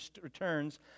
returns